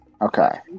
Okay